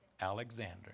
Alexander